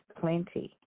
plenty